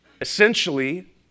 Essentially